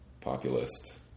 populist